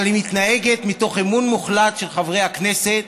אבל היא מתנהגת מתוך אמון מוחלט של חברי הכנסת,